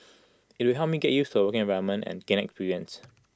IT will help me get used to A working environment and gain experience